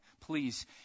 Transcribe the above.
Please